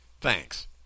Thanks